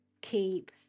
keep